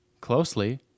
closely